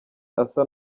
asa